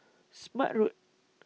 Smart Road